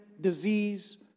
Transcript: disease